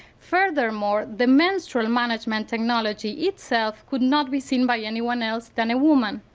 furthermore, the menstrual management technology itself could not be seen by anyone else than a woman.